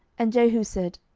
and jehu said,